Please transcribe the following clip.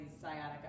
sciatica